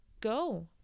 go